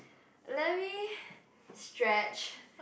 let me stretch